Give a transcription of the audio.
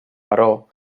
però